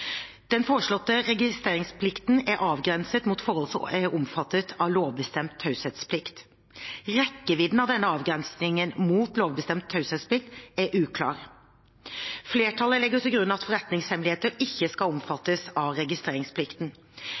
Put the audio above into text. Den foreslåtte registreringsplikten er avgrenset mot forhold som er omfattet av lovbestemt taushetsplikt. Rekkevidden av denne avgrensningen mot lovbestemt taushetsplikt er uklar. Flertallet legger til grunn at forretningshemmeligheter ikke skal omfattes av registreringsplikten.